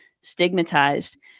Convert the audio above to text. stigmatized